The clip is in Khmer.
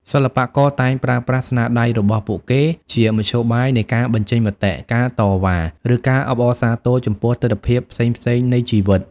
សិល្បករតែងប្រើប្រាស់ស្នាដៃរបស់ពួកគេជាមធ្យោបាយនៃការបញ្ចេញមតិ ការតវ៉ា ឬការអបអរសាទរចំពោះទិដ្ឋភាពផ្សេងៗនៃជីវិត។